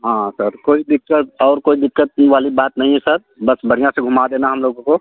हाँ सर कोई दिक्कत और कोई दिक्कत की वाली बात नहीं है सर बस बढ़िया से घूमा देना हम लोगों को